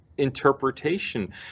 interpretation